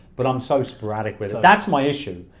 but i'm so sporadic with it. that's my issue.